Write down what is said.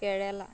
কেৰেলা